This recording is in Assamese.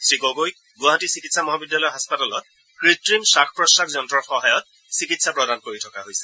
শ্ৰীগগৈক গুৱাহাটী চিকিৎসা মহাবিদ্যালয় হাস্পতালত কৃত্ৰিম শ্বাস প্ৰশ্বাস যন্তৰ সহায়ত চিকিৎসা প্ৰদান কৰি থকা হৈছে